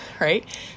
right